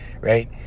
right